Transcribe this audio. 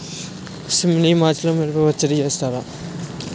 సిమ్లా మిర్చితో మిరప పచ్చడి చేస్తారు